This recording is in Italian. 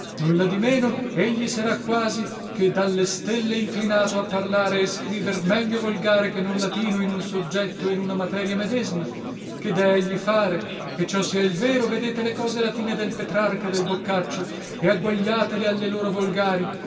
non mancherà nulladimeno egli serà quasi che dalle stelle inclinato a parlare e scriver meglio volgare che non latino in un soggetto e in una materia medesma che dee fare egli che ciò sia il vero vedete le cose latine del petrarca e del boccaccio e agguagliatele alle loro volgari